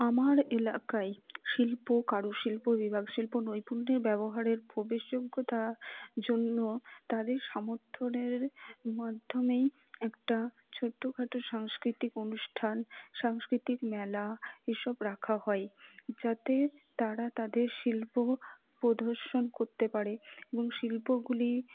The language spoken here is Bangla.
আমার এলাকায় শিল্প কারু শিল্প বিভাগ শিল্প নৈপুণ্যের ব্যবহারের প্রবেশযোগ্যতা জন্য তাদের সামথ্যনের মাধ্যমেই একটা ছোট্টখাটো সাংস্কৃতিক অনুষ্ঠান সাংস্কৃতিক মেলা এসব রাখা হয় যাতে তারা তাদের শিল্প প্রদর্শন করতে পারে এবং শিল্পগুলি